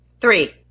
Three